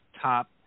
top